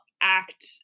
act